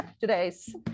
today's